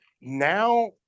now